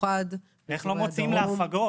במיוחד ברחבי הדרום --- איך לא מוציאים להפגות.